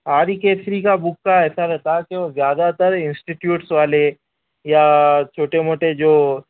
آری کیسری کا بک کا ایسا رہتا کہ وہ زیادہ تر انسٹی ٹیوٹس والے یا چھوٹے موٹے جو